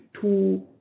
two